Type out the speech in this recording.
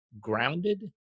grounded